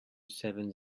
seven